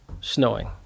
snowing